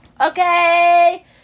Okay